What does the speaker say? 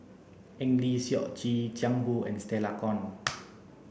Eng Lee Seok Chee Jiang Hu and Stella Kon